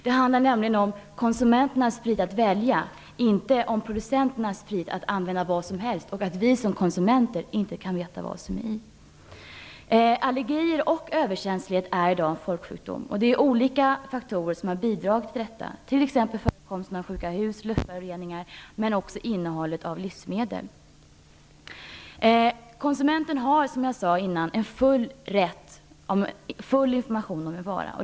Det handlar nämligen om konsumenternas frihet att välja, inte om producenternas frihet att använda vad som helst därför att vi som konsumenter inte kan veta vad som finns i produkten. Allergier och överkänslighet är i dag folksjukdomar. Det är olika faktorer som har bidragit till detta, t.ex. förekomsten av sjuka hus, luftföroreningar men också innehållet i livsmedel. Konsumenten har, som jag tidigare sade, rätt till full information om en vara.